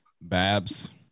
Babs